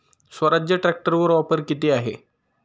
स्वराज्य ट्रॅक्टरवर ऑफर किती आहे?